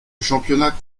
championnat